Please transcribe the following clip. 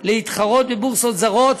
להתחרות בבורסות זרות,